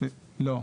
לא,